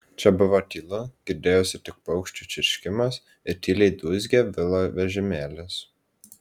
čia buvo tylu girdėjosi tik paukščių čirškimas ir tyliai dūzgė vilo vežimėlis